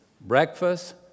Breakfast